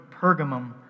Pergamum